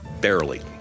barely